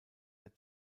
der